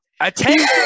Attention